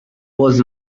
was